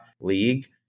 league